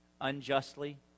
unjustly